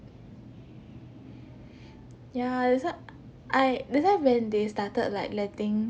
ya that's wh~ I that's why when they started like letting